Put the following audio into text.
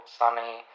sunny